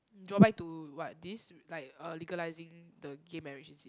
drawback to what this like uh legalising the gay marriage is it